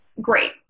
great